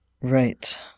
Right